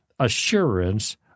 Assurance